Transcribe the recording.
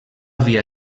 havia